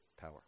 power